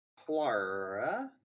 Clara